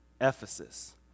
Ephesus